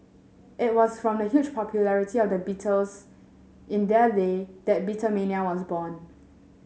it was from the huge popularity of the Beatles in their day that Beatlemania was born